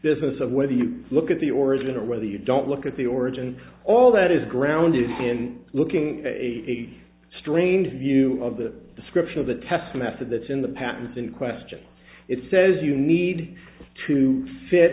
business of whether you look at the origin or whether you don't look at the origin all that is grounded in looking at a strange view of the description of the test method that's in the patents in question it says you need to fit